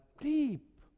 deep